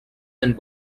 and